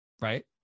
right